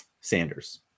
Sanders